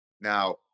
Now